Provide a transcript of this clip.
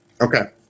Okay